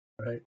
Right